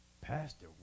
Pastor